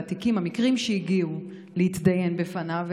התיקים והמקרים שהגיעו להתדיין בפניו,